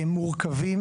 הן מורכבות